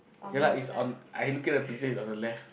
ya lah is on I look at the present is on the left